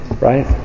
Right